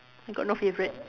I got no favourite